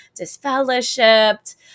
disfellowshipped